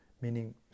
meaning